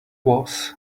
was